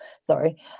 sorry